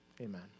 Amen